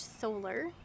solar